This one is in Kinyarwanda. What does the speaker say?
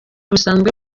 busanzwe